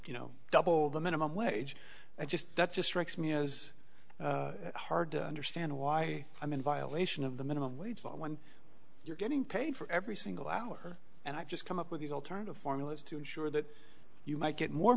you know double the minimum wage i just that just wrecks me is hard to understand why i'm in violation of the minimum wage when you're getting paid for every single hour and i've just come up with alternative formulas to ensure that you might get more